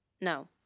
No